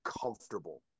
comfortable